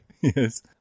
Yes